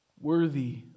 Worthy